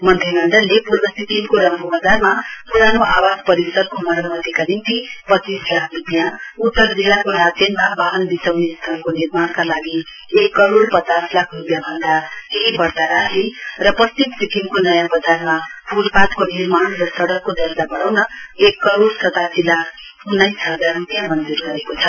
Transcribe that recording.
मन्त्रीमण्डलले पूर्व सिक्किमको रम्फू बजारमा प्रानो आवास परिसरको मरम्मतिका निम्ति पच्चीस लाख रूपियाँ उतर जिल्लाको लाचेनमा वाहन बिसौनी स्थलको निर्माणका लागि एक करोड पचास लाख रूपियाँ भन्दा केही बढ्ता राशि र पश्चिम सिक्किमको नयाँ बजारमा फ्टपाथको निर्माण र सडकको दर्जा बढाउन एक करोड सतासी लाख उन्नाइस हजार रूपियाँ मञ्ज्र गरेको छ